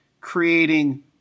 creating